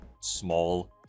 small